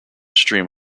stream